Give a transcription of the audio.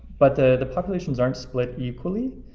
but the the populations aren't split equally.